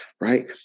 right